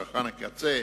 צרכן הקצה,